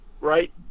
right